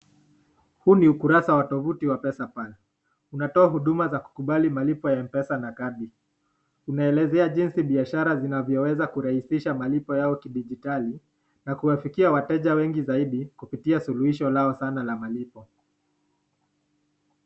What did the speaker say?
Huu ni ukurasa wa tovuti ya pesa pal ,unatoa huduma za kukubali malipo ya mpesa na kadi, unaelezea jinsi biashara zinavyo kurahisisha malipo yao kidijitali, na kuwafikia wateja wengi zaidi kupitia suhulisho lao sana la malipo.